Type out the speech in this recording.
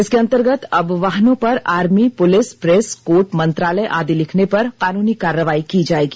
इसके अंतर्गत अब वाहनों पर आर्मी पुलिस प्रेस कोर्ट मंत्रालय आदि लिखने पर कानूनी कार्रवाई की जाएगी